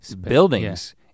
buildings